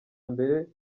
mbere